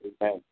Amen